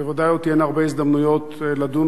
בוודאי עוד תהיינה הרבה הזדמנויות לדון